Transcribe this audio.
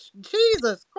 Jesus